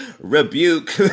rebuke